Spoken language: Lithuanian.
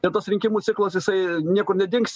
ir tas rinkimų ciklas jisai niekur nedings